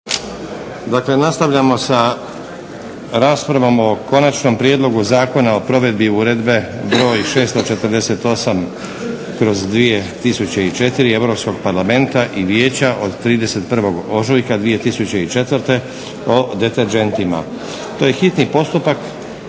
Dakle, nastavljamo sa raspravom o - Konačni prijedlog zakona o provedbi Uredbe (EZ)br. 648/2004 Europskog parlamenta i Vijeća od 31. ožujka 2004. o deterdžentima, hitni postupak,